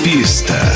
Pista